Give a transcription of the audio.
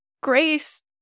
grace